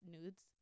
nudes